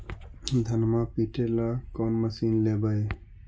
धनमा पिटेला कौन मशीन लैबै?